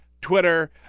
Twitter